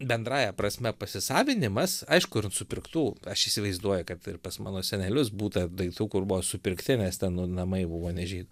bendrąja prasme pasisavinimas aišku ir supirktų aš įsivaizduoju kad ir pas mano senelius būta daiktų kur buvo supirkti nes ten nu namai buvo ne žydų